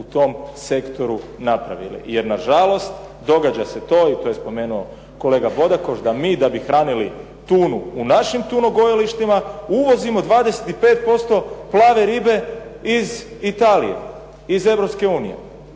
u tom sektoru napravile. Jer na žalost događa se to i to je spomenuo kolega Bodakoš da mi, da bi hranili tunu u našim tunogojilištima uvozimo 25% plave ribe iz Italije, iz